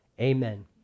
amen